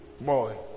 boy